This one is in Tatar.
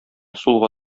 сулга